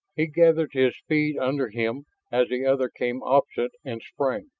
he gathered his feet under him as the other came opposite, and sprang.